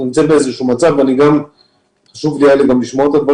אני רוצה להגיד עוד דבר חשוב שאני יודע שאת תמיד אומרת,